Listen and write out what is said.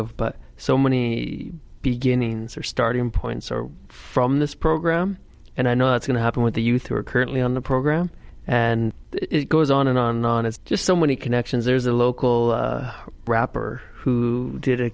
of but so many beginnings are starting points or from this program and i know it's going to happen with the youth who are currently on the program and it goes on and on on it's just so many connections there's a local rapper who did a